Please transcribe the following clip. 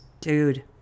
Dude